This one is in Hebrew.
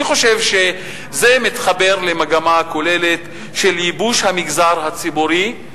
אני חושב שזה מתחבר למגמה כוללת של ייבוש המגזר הציבורי,